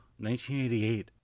1988